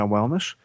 Wellness